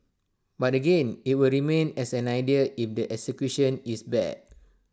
but again IT will remain as an idea if the execution is bad